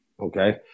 Okay